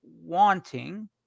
wanting